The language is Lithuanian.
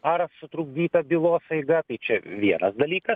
ar sutrukdyta bylos eiga tai čia vienas dalykas